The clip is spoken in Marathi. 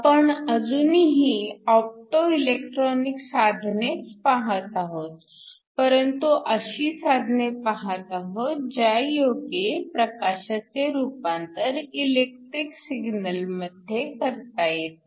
आपण अजूनही ऑप्टो इलेक्ट्रॉनिक साधनेच पाहत आहोत परंतु अशी साधने पाहत आहोत ज्यायोगे प्रकाशाचे रूपांतर इलेक्ट्रिक सिग्नल मध्ये करता येते